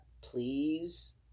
please